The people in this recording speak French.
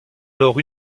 alors